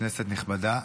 כנסת נכבדה,